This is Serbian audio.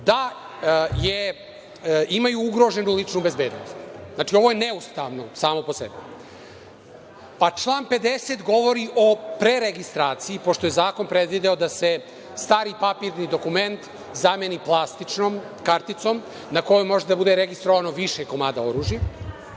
da imaju ugroženu ličnu bezbednost. Znači, ovo je neustavno samo po sebi. Član 50. govori o preregistraciji, pošto je zakon predvideo da se stari papirni dokument zameni plastičnom karticom na kojoj može da bude registrovano više komada oružja,